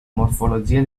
morfologia